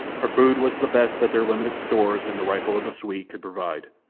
her food was the best that their limited stores and the rifle of the swede could provide,